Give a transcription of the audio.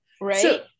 right